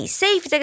safe